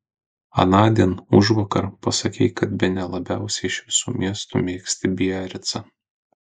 anądien užvakar pasakei kad bene labiausiai iš visų miestų mėgsti biaricą